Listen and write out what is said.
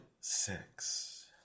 six